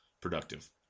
productive